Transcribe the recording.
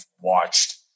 watched